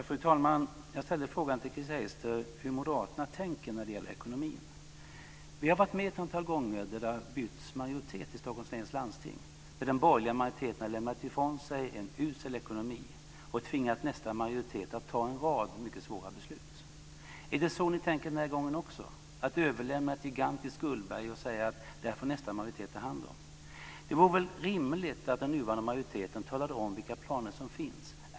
Fru talman! Jag ställde frågan till Chris Heister om hur moderaterna tänker när det gäller ekonomin. Vi har varit med ett antal gånger när det har bytts majoritet i Stockholms läns landsting och när den borgerliga majoriteten har lämnat ifrån sig en usel ekonomi och tvingat nästa majoritet att fatta en rad mycket svåra beslut. Är det så ni tänker den här gången också? Ska man överlämna ett gigantiskt skuldberg och säga att det här får nästa majoritet ta hand om? Det vore väl rimligt att den nuvarande majoriteten talade om vilka planer som finns.